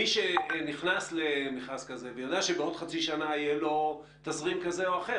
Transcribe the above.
מי שנכנס למכרז כזה ויודע שבעוד חצי שנה יהיה לו תזרים כזה או אחר,